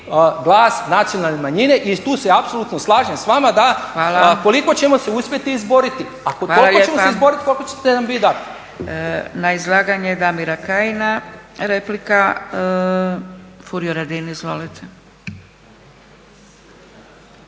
glas nacionalne manjine i tu se apsolutno slažem sa vama da koliko ćemo se uspjeti izboriti, koliko ćemo se izboriti, koliko ćete nam vi dati. **Zgrebec, Dragica (SDP)** Hvala lijepa. Na izlaganje Damira Kajina replika Furio Radin. Izvolite.